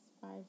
five